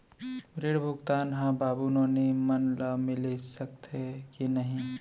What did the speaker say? ऋण भुगतान ह बाबू नोनी मन ला मिलिस सकथे की नहीं?